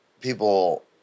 people